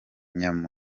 ayisumbuye